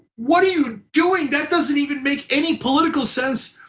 what are you doing? that doesn't even make any political sense